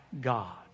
God